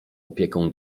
opieką